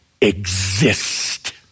exist